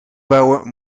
bouwen